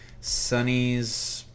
Sonny's